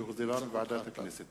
שהחזירה ועדת הכנסת.